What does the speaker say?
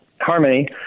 Harmony